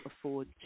afford